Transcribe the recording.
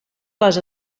les